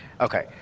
Okay